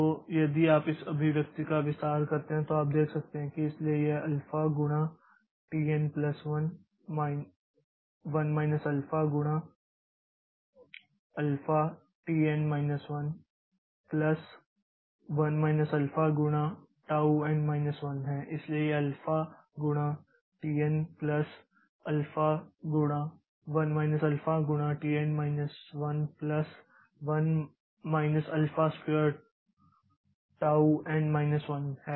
तो यदि आप इस अभिव्यक्ति का विस्तार करते हैं तो आप देख सकते हैं इसलिए यह अल्फा गुणा t n plus 1 minus alpha गुणा alpha t n 1 plus 1 minus alpha गुणा टाऊn 1 है इसलिए यह अल्फा गुणा tn प्लस अल्फ़ा गुणा 1 माइनस अल्फ़ा गुणा tn 1 plus 1 minus alpha square tau n 1 है